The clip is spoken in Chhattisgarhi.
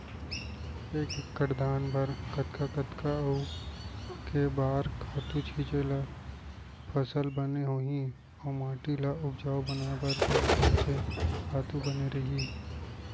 एक एक्कड़ धान बर कतका कतका अऊ के बार खातू छिंचे त फसल बने होही अऊ माटी ल उपजाऊ बनाए बर कोन से खातू बने रही?